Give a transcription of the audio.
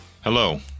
Hello